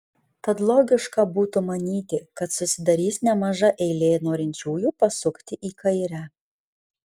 tad logiška būtų manyti kad susidarys nemaža eilė norinčiųjų pasukti į kairę